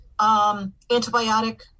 antibiotic